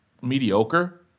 mediocre